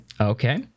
Okay